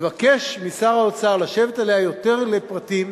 ולבקש משר האוצר לשבת עליה יותר לפרטים.